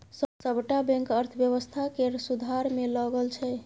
सबटा बैंक अर्थव्यवस्था केर सुधार मे लगल छै